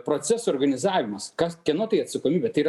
proceso organizavimas kas kieno tai atsakomybė tai yra